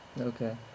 Okay